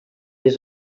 his